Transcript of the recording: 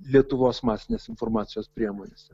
lietuvos masinės informacijos priemonėse